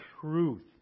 truth